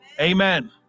Amen